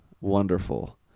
wonderful